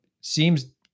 seems